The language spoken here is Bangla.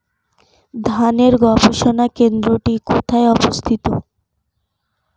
ধানের গবষণা কেন্দ্রটি কোথায় অবস্থিত?